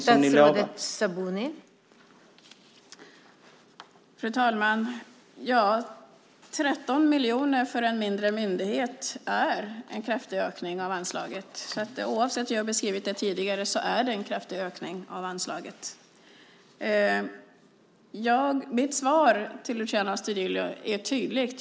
Fru talman! 13 miljoner för en mindre myndighet är en kraftig ökning av anslaget, oavsett hur jag har beskrivit det tidigare. Mitt svar till Luciano Astudillo är tydligt.